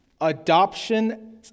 adoption